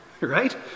right